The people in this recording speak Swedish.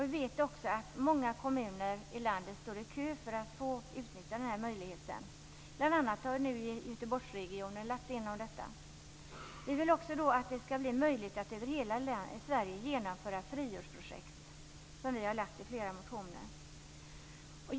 Vi vet också att många kommuner i landet står i kö för att få utnyttja den möjligheten. Bl.a. har man i Göteborgsregionen ansökt om detta. Vidare vill vi att det skall bli möjligt att över hela Sverige genomföra friårsprojekt. Detta har vi lagt fram i flera motioner.